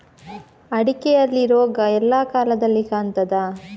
ಅಡಿಕೆಯಲ್ಲಿ ರೋಗ ಎಲ್ಲಾ ಕಾಲದಲ್ಲಿ ಕಾಣ್ತದ?